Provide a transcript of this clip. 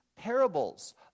parables